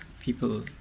people